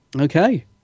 Okay